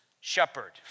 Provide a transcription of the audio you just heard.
shepherd